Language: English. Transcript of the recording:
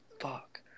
fuck